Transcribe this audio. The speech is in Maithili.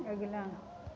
अगिला